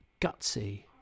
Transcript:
gutsy